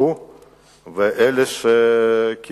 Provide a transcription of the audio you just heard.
באמת, נחוקק איזשהו חוק.